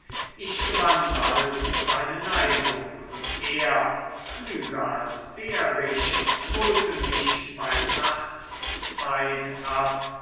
ich gewann bald seine neigung und er klüger als behrisch holte mich bei nachtszeit ab